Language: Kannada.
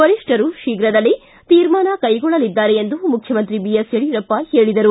ವರಿಷ್ಠರು ಶೀಘ್ರದಲ್ಲೇ ತೀರ್ಮಾನ ಕೈಗೊಳ್ಳಲಿದ್ದಾರೆ ಎಂದು ಹೇಳಿದರು